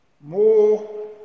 More